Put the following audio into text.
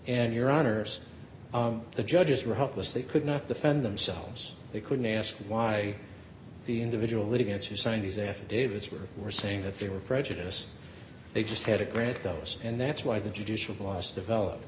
and your honour's the judges were helpless they could not defend themselves they couldn't ask why the individual litigants who signed these affidavits were were saying that they were prejudiced they just had a grant those and that's why the judicial was developed